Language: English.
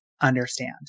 understand